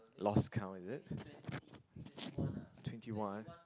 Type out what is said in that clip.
lost count is it twenty one